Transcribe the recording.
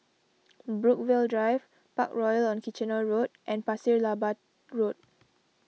Brookvale Drive Parkroyal on Kitchener Road and Pasir Laba Road